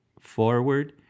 forward